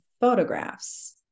photographs